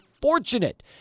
fortunate